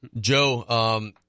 Joe